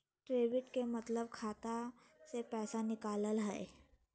debit के मतलब खाता से पैसा निकलना हय